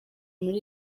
muri